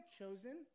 chosen